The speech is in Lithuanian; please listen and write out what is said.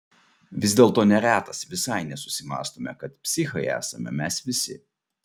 vis dėlto neretas visai nesusimąstome kad psichai esame mes visi